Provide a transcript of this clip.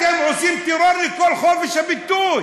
אתם עושים טרור לכל חופש הביטוי.